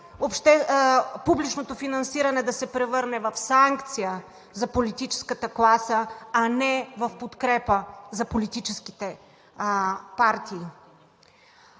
публичното финансиране да се превърне в санкция за политическата класа, а не в подкрепа за политическите партии.